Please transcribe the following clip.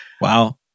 Wow